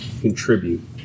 contribute